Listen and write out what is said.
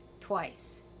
twice